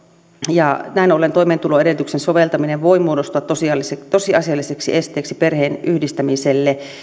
ja näin ollen toimeentuloedellytyksen soveltaminen voi muodostua tosiasialliseksi esteeksi perheenyhdistämiselle